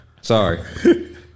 sorry